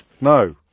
No